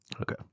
Okay